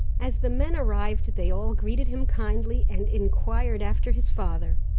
as the men arrived they all greeted him kindly, and inquired after his father.